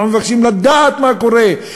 אנחנו מבקשים לדעת מה קורה,